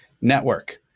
network